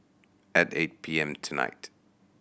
at eight P M tonight